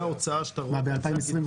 ב-2021?